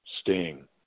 Sting